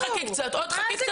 חכי קצת עוד.